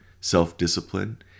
self-discipline